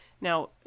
Now